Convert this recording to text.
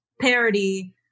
parody